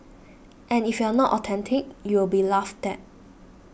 and if you are not authentic you will be laughed at